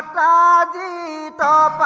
da da